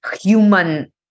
human